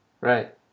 Right